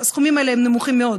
הסכומים האלה הם נמוכים מאוד,